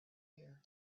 ear